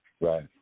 Right